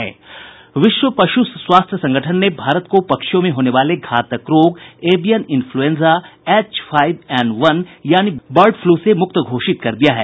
विश्व पशु स्वास्थ्य संगठन ने भारत को पक्षियों में होने वाले घातक रोग avian influenza H five N one यानी बर्ड फ्लू से मुक्त घोषित कर दिया है